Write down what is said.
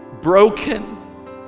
broken